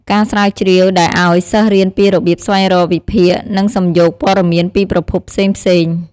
ការស្រាវជ្រាវដែលអោយ សិស្សរៀនពីរបៀបស្វែងរក វិភាគ និងសំយោគព័ត៌មានពីប្រភពផ្សេងៗ។